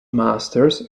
masters